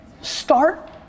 Start